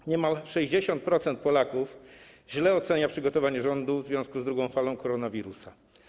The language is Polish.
B. Niemal 60% Polaków źle ocenia przygotowanie rządu do walki z drugą falą koronawirusa.